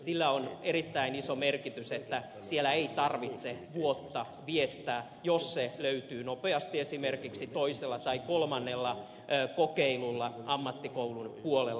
sillä on erittäin iso merkitys että siellä ei tarvitse vuotta viettää jos se oma linja löytyy nopeasti esimerkiksi toisella tai kolmannella kokeilulla ammattikoulun puolella